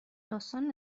داستان